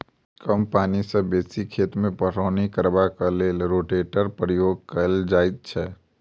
कम पाइन सॅ बेसी खेत मे पटौनी करबाक लेल रोटेटरक प्रयोग कयल जाइत छै